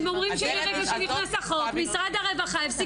הם אומרים שמרגע שנכנס החוק משרד הרווחה הפסיק